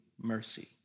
mercy